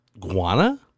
Guana